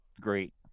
great